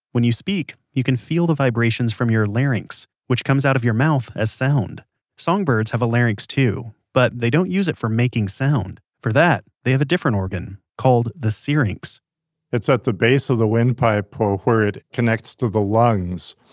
when you speak, you can feel the vibrations from your larynx, which comes out of your mouth as sound songbirds have a larynx too, but they don't use it for making sound. for that, they have different organ called the syrinx it's at the base of the windpipe where where it connects to the lungs.